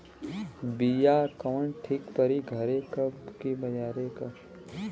बिया कवन ठीक परी घरे क की बजारे क?